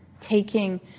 Taking